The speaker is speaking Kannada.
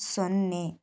ಸೊನ್ನೆ